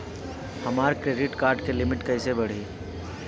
हमार credit card के limit कइसे बढ़ी?